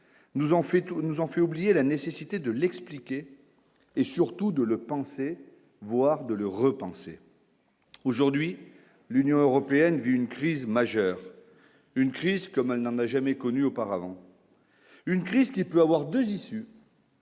nous ont fait oublier la nécessité de l'expliquer et surtout de le penser, voire de le repenser aujourd'hui l'Union européenne vit une crise majeure, une crise comme un an n'a jamais connu auparavant une crise qui peut avoir des issues.